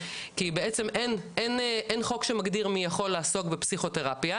כי בעצם אין חוק שמגדיר מי יכול לעסוק בפסיכותרפיה,